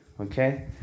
Okay